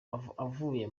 avuye